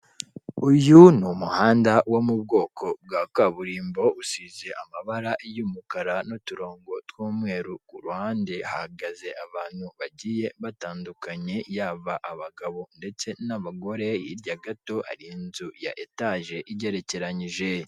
Uyu ni umuhanda wo mu bwoko bwa kaburimbo, usize amabara y'umukara n'uturongo tw'umweru, ku ruhande hahagaze abantu bagiye batandukanye yaba abagabo ndetse n'abagore, hirya gato hari inzu ya etaje igerekeranyije.